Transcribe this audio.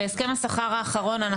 בהסכם השכר האחרון,